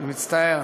אני מצטער.